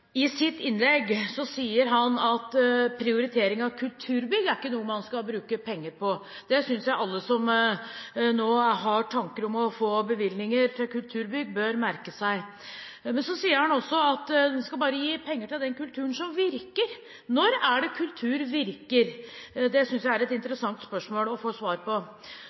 I sitt innlegg sier han at prioritering av kulturbygg ikke er noe man skal bruke penger på. Det synes jeg alle som nå har tanker om å få bevilgninger til kulturbygg, bør merke seg. Men han sier også at man bare skal gi penger til den kulturen som virker. Når er det kultur virker? Det synes jeg er et interessant spørsmål å få svar på.